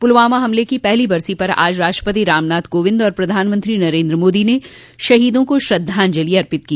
पुलवामा हमले की पहली बरसी पर आज राष्टपति रामनाथ कोविंद और प्रधानमंत्री नरेन्द्र मोदी ने शहीदों को श्रद्वांजलि अर्पित की